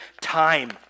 time